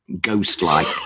ghost-like